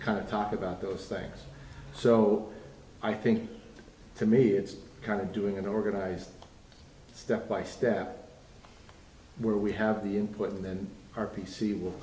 kind of talked about those things so i think to me it's kind of doing an organized step by step where we have the important or p c will